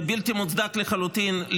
ובלתי מוצדק לחלוטין,